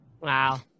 Wow